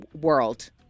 world